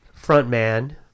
frontman